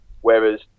Whereas